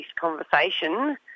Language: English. conversation